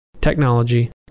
technology